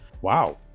Wow